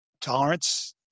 tolerance